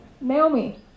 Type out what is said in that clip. Naomi